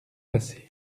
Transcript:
passé